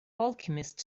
alchemist